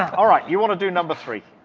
um right, you want to do number three.